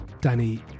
Danny